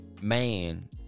man